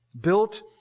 built